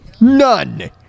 none